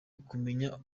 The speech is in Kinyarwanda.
ukumenya